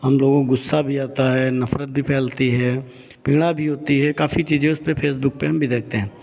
हम लोगों को गुस्सा भी आता है नफ़रत भी फैलती है पीड़ा भी होती है काफ़ी चीज़ें उसपे फ़ेसबुक पे हम भी देखते हैं